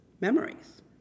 memories